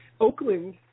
Oakland